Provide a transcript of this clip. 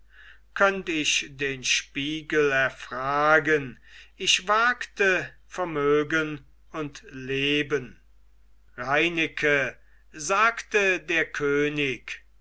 könnt ich den spiegel erfragen ich wagte vermögen und leben reineke sagte der könig